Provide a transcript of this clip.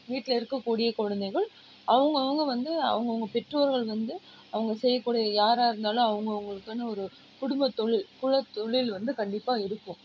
வீட்டில் இருக்கக்கூடிய குழந்தைகள் அவங்கவுங்க வந்து அவங்கவுங்க பெற்றோர்கள் வந்து அவங்க செய்யக்கூடிய யாராக இருந்தாலும் அவங்க அவங்களுக்குனு ஒரு குடும்பத்தொழில் குலத்தொழில் வந்து கண்டிப்பாக இருக்கும்